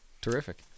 terrific